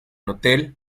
hotel